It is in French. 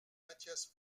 matthias